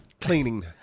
Cleaning